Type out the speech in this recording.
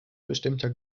bestimmter